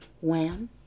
Wham